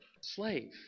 slave